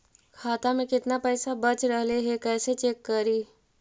खाता में केतना पैसा बच रहले हे कैसे चेक करी?